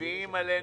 שמביאים עלינו.